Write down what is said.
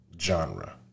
genre